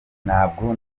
ntabwo